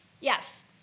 Yes